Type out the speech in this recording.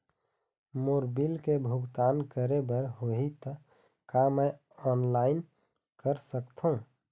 मोर bill के भुगतान करे बर होही ता का मैं ऑनलाइन कर सकथों?